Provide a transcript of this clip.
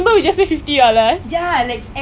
enugangra then some other people